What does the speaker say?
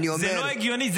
זה לא הגיוני.